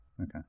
Okay